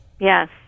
Yes